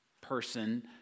person